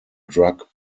drug